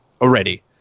already